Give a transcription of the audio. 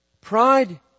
Pride